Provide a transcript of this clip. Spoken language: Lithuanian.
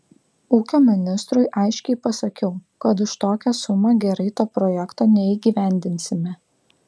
ūkio ministrui aiškiai pasakiau kad už tokią sumą gerai to projekto neįgyvendinsime